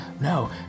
No